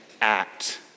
act